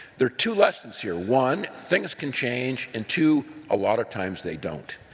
there are two lessons here. one, things can change, and two, a lot of times they don't.